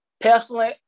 Personally